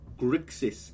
Grixis